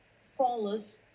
solace